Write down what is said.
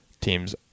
teams